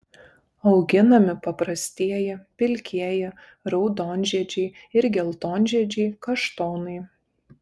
auginami paprastieji pilkieji raudonžiedžiai ir geltonžiedžiai kaštonai